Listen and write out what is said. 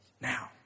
Now